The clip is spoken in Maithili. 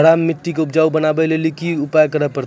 खराब मिट्टी के उपजाऊ बनावे लेली की करे परतै?